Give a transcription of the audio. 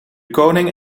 koning